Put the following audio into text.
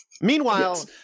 Meanwhile